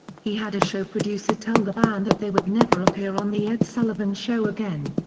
he had a show producer tell the band that they would never appear on the ed sullivan show again.